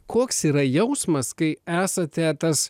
koks yra jausmas kai esate tas